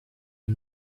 you